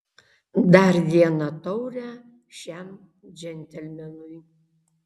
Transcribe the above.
dar vieną taurę šiam džentelmenui